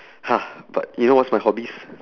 !huh! but you know what's my hobbies